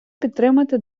підтримати